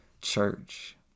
church